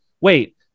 wait